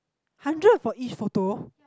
hundred for each photo